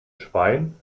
schwein